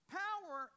power